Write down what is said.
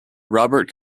robert